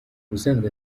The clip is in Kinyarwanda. ubusanzwe